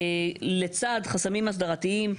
לצד חסמים אסדרתיים,